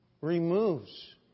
removes